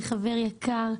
חבר יקר,